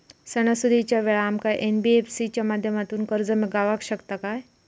सणासुदीच्या वेळा आमका एन.बी.एफ.सी च्या माध्यमातून कर्ज गावात शकता काय?